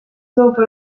dopo